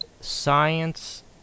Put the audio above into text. science